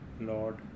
Lord